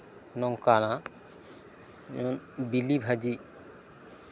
ᱱᱚᱝᱠᱟᱱᱟ ᱡᱮᱢᱚᱱ ᱵᱤᱞᱤ ᱵᱷᱟᱹᱡᱤ